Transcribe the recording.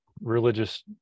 religious